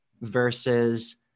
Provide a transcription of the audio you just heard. versus